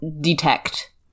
detect